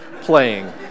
playing